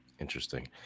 Interesting